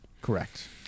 Correct